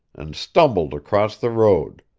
and stumbled across the road.